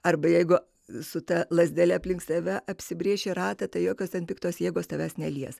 arba jeigu su ta lazdele aplink save apsibrėši ratą tai jokios ten piktos jėgos tavęs nelies